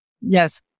yes